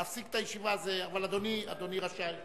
להפסיק את הישיבה זה, אבל אדוני רשאי לצאת.